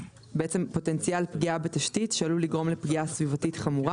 בעצם פוטנציאל פגיעה בתשתית שעלול לגרום לפגיעה סביבתית חמורה